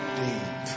deep